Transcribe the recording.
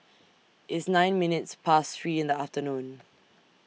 It's nine minutes Past three in The afternoon